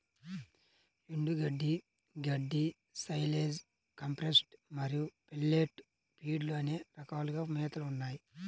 ఎండుగడ్డి, గడ్డి, silage, compressed మరియు పెల్లెట్ ఫీడ్లు అనే రకాలుగా మేతలు ఉంటాయి